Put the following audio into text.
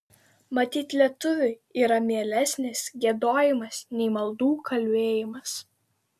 matyt lietuviui yra mielesnis giedojimas nei maldų kalbėjimas